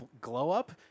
glow-up